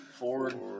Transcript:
Ford